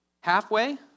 Halfway